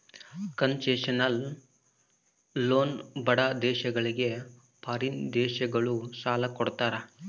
concessional loan ಬಡ ದೇಶಗಳಿಗೆ foreign ದೇಶಗಳು ಸಾಲ ಕೊಡ್ತಾರ